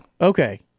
Okay